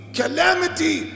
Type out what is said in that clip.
calamity